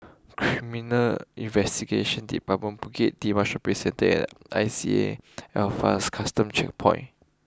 Criminal Investigation Department Bukit Timah Shopping Centre and I C A Alphas Custom Checkpoint